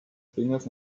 fingers